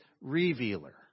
revealer